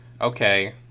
okay